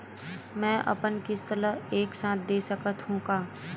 मै अपन किस्त ल एक साथ दे सकत हु का?